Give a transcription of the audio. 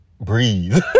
breathe